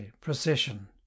Procession